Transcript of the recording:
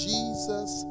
Jesus